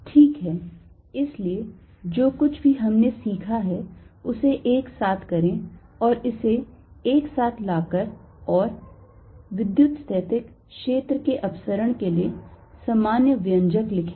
ठीक है इसलिए जो कुछ भी हमने सीखा है उसे एक साथ करें और इसे एक साथ लाकर और विद्युतस्थैतिक क्षेत्र के अपसरण के लिए सामान्य व्यंजक लिखें